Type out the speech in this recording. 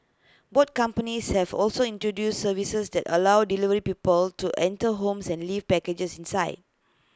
both companies have also introduced services that allow delivery people to enter homes and leave packages inside